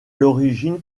l’origine